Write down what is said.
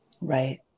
right